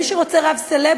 מי שרוצה רב סלב,